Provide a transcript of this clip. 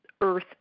Earth